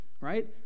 right